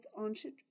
answered